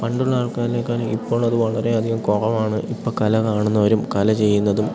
പണ്ടുള്ള ആൾക്കാരേക്കാളും ഇപ്പോൾ അതു വളരെയധികം കുറവാണ് ഇപ്പം കല കാണുന്നവരും കല ചെയ്യുന്നതും